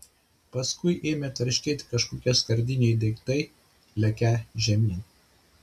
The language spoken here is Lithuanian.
paskui ėmė tarškėti kažkokie skardiniai daiktai lekią žemyn